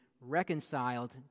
reconciled